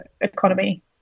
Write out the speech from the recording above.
economy